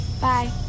Bye